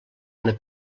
una